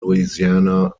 louisiana